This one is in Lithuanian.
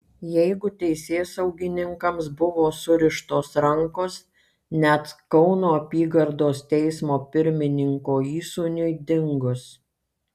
jeigu teisėsaugininkams buvo surištos rankos net kauno apygardos teismo pirmininko įsūniui dingus